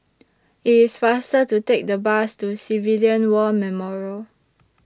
IT IS faster to Take The Bus to Civilian War Memorial